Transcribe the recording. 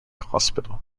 hospital